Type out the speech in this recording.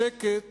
שקט